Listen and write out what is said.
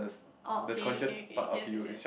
oh okay okay okay yes yes yes